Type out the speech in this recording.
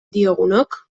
diogunok